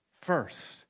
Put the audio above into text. first